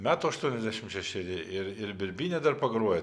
metų aštuoniasdešim šešeri ir ir birbyne dar pagrojat